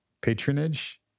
patronage